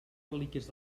relíquies